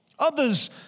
Others